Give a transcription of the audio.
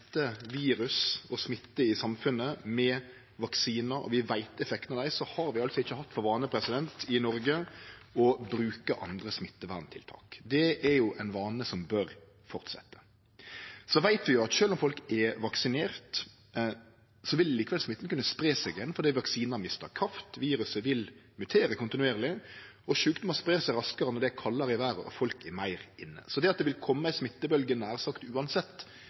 virus og kjend smitte i samfunnet med vaksinar, og vi veit effekten av dei, har vi ikkje hatt for vane i Noreg å bruke andre smitteverntiltak. Det er ein vane som bør fortsetje. Vi veit at sjølv om folk er vaksinerte, vil smitten likevel kunne spreie seg igjen, fordi vaksinen har mista kraft, viruset vil mutere kontinuerleg og sjukdomar spreier seg raskare når det er kaldare i vêret og folk er meir inne. Så at det nær sagt uansett vil kome ei